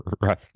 right